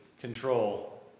control